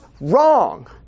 wrong